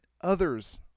others